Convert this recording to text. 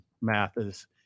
Mathis